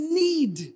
need